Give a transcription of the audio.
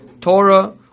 Torah